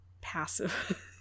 passive